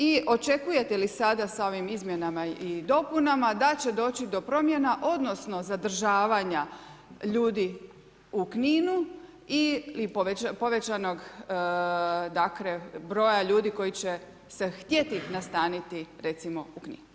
I očekujete li sada sa ovim izmjenama i dopunama da će doći do promjena, odnosno zadržavanja ljudi u Kninu ili povećanog dakle broja ljudi koji će se htjeti nastaniti recimo u